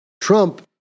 Trump